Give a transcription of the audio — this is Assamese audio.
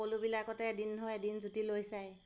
সকলোবিলাকতে এদিন নহয় এদিন জুতি লৈছাই